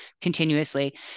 continuously